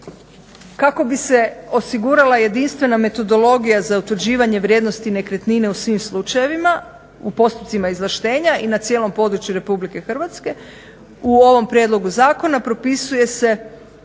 Kako bi se osigurala jedinstvena metodologija za utvrđivanje vrijednosti nekretnine u svim slučajevima u postupcima izvlaštenja i na cijelom području RH u ovom prijedlogu zakona propisuje se